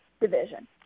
division